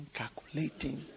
calculating